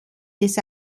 this